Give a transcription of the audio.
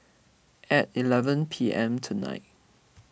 at eleven P M tonight